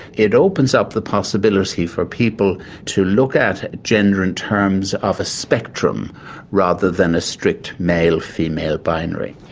it opens up the possibility for people to look at gender in terms of a spectrum rather than a strict male female binary.